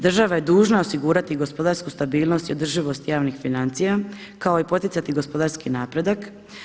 Država je dužna osigurati gospodarsku stabilnost i održivost javnih financija kao i poticati gospodarski napredak.